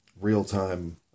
real-time